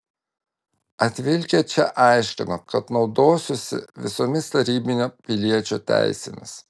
atvilkę čia aiškino kad naudosiuosi visomis tarybinio piliečio teisėmis